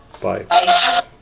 Bye